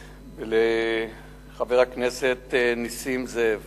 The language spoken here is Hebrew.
חבר הכנסת נסים זאב